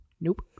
Nope